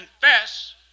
confess